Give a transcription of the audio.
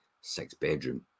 six-bedroom